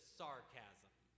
sarcasm